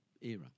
era